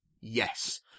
Yes